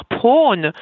prone